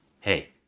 hey